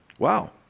Wow